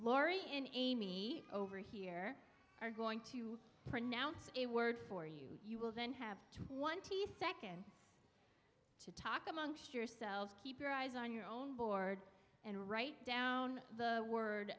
laurie in me over here are going to pronounce a word for you you will then have to one t second to talk amongst yourselves keep your eyes on your own board and write down the word